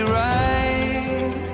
right